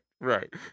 right